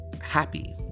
happy